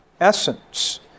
essence